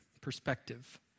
perspective